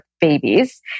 Babies